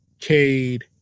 Cade